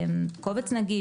קובץ נגיש,